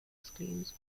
exclaims